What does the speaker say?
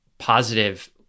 positive